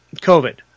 covid